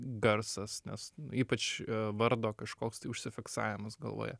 garsas nes ypač vardo kažkoks tai užsifiksavimas galvoje